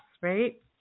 right